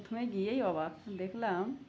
প্রথমে গিয়েই অবাক হয়ে দেখলাম